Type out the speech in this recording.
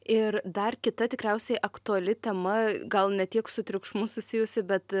ir dar kita tikriausiai aktuali tema gal ne tiek su triukšmu susijusi bet